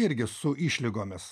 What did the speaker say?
irgi su išlygomis